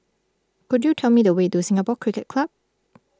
could you tell me the way to Singapore Cricket Club